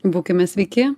būkime sveiki